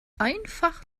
einfach